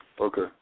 Okay